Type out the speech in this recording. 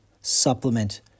supplement